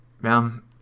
man